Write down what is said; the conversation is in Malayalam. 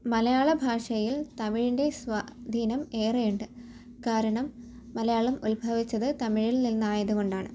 മലയാള ഭാഷയിൽ തമിഴിൻ്റെ സ്വാധീനം ഏറെ ഇണ്ട് കാരണം മലയാളം ഉത്ഭവിച്ചത് തമിഴിൽ നിന്നായതു കൊണ്ടാണ്